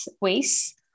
ways